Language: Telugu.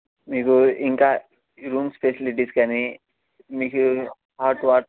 మీకు ఇంకా రూమ్స్ ఫెసిలిటీస్ కానీ మీకు హాట్ వాటర్